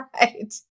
Right